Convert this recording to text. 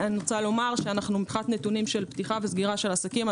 אנו מבחינת נתונים של פתיחה וסגירת עסקים,